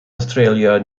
australia